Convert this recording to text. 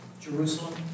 Jerusalem